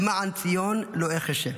למען ציון לא אחשה.